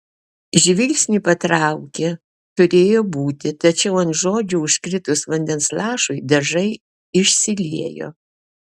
žvilgsnį patraukė turėjo būti tačiau ant žodžių užkritus vandens lašui dažai išsiliejo